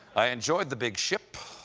i enjoyed the big ship